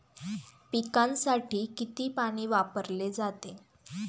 पिकांसाठी किती पाणी वापरले जाते?